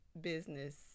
business